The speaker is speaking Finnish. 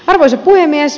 arvoisa puhemies